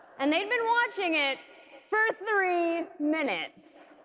and they've been watching it for three minutes.